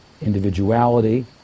individuality